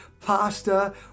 pasta